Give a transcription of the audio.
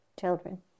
children